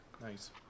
Nice